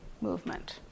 movement